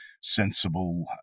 sensible